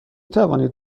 توانید